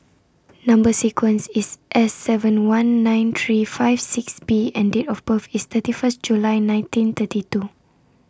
Number sequence IS S seven one nine three five six B and Date of birth IS thirty First July nineteen thirty two